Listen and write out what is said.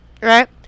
Right